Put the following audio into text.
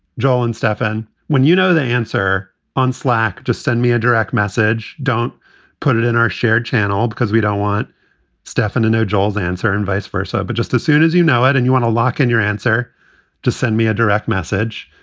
joel and stefan, when you know the answer on slack, just send me a direct message. don't put it in our shared channel because we don't want stefan to know joel's answer and vice versa. but just as soon as you know it and you want to lock in your answer to send me a direct message.